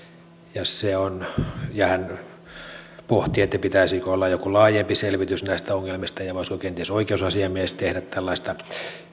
ja pohti pitäisikö olla joku laajempi selvitys näistä ongelmista ja ja voisiko kenties oikeusasiamies tehdä tällaista